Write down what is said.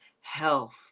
health